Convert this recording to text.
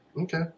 Okay